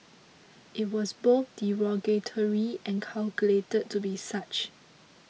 it was both derogatory and calculated to be such